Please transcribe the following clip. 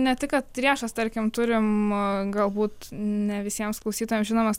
ne tik kad riešas tarkim turim galbūt ne visiems klausytojams žinomas